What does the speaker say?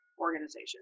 organization